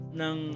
ng